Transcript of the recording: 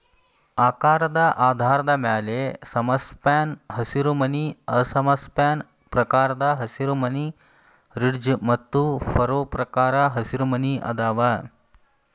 ಆಕಾರದ ಆಧಾರದ ಮ್ಯಾಲೆ ಸಮಸ್ಪ್ಯಾನ್ ಹಸಿರುಮನಿ ಅಸಮ ಸ್ಪ್ಯಾನ್ ಪ್ರಕಾರದ ಹಸಿರುಮನಿ, ರಿಡ್ಜ್ ಮತ್ತು ಫರೋ ಪ್ರಕಾರದ ಹಸಿರುಮನಿ ಅದಾವ